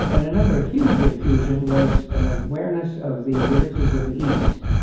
and another huge infusion was an awareness of the religions of the east.